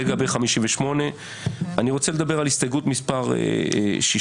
זה לגבי 58. אני רוצה לדבר על הסתייגות מס' 60,